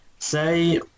Say